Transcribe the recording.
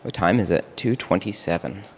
time is it? two twenty seven.